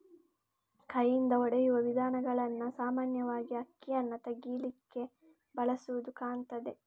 ಕೈಯಿಂದ ಹೊಡೆಯುವ ವಿಧಾನಗಳನ್ನ ಸಾಮಾನ್ಯವಾಗಿ ಅಕ್ಕಿಯನ್ನ ತೆಗೀಲಿಕ್ಕೆ ಬಳಸುದು ಕಾಣ್ತದೆ